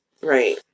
right